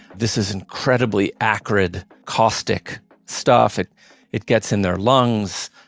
this is incredibly acrid, caustic stuff. it it gets in their lungs,